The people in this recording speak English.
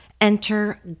Enter